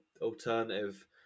alternative